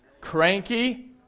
cranky